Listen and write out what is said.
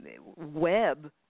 web